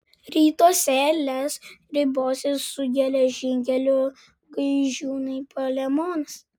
rytuose lez ribosis su geležinkeliu gaižiūnai palemonas